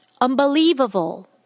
unbelievable